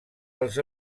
els